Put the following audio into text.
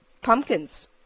pumpkins